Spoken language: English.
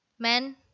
men